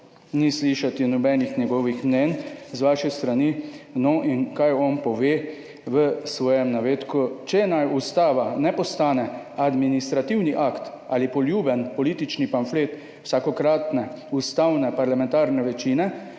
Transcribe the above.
ni slišati nobenih njegovih mnenj z vaše strani. In kaj on pove v svojem navedku? »Če naj ustava ne postane administrativni akt ali poljuben politični pamflet vsakokratne ustavne parlamentarne večine,